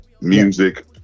music